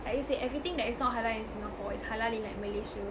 like you say everything that is not halal in singapore is halal in like malaysia